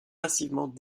massivement